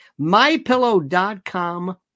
MyPillow.com